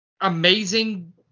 amazing